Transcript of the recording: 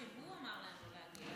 הוא אמר שהוא אמר להם לא להגיע.